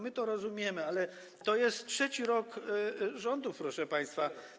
My to rozumiemy, ale to jest trzeci rok rządów, proszę państwa.